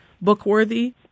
book-worthy